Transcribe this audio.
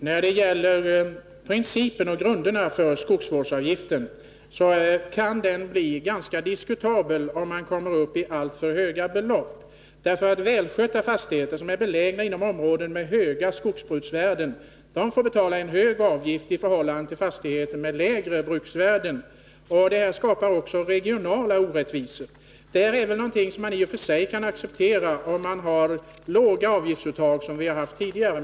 Herr talman! Principen för skogsvårdsavgiften kan bli ganska diskutabel om man kommer upp i alltför höga belopp. För välskötta fastigheter som är belägna inom områden med höga skogsbruksvärden får man betala höga avgifter i förhållande till fastigheter med lägre bruksvärden, och det skapar också regionala orättvisor. Detta är något som man i och för sig kan acceptera om avgiftsuttaget är lågt, vilket det varit tidigare.